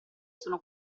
sono